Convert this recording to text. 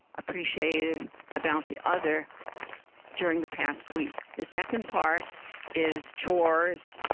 appreciated about the other during the past week. the second part is chores,